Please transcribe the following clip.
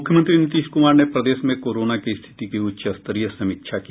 मुख्यमंत्री नीतीश कुमार ने प्रदेश में कोरोना की स्थिति की उच्चस्तरीय समीक्षा की